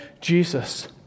Jesus